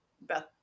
Beth